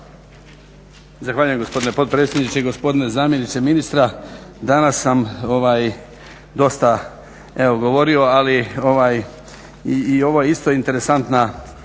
Zahvaljujem gospodine potpredsjedniče, gospodine zamjeniče ministra. Danas sam dosta govorio ali i ovo je isto interesantna